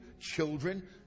children